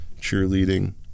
cheerleading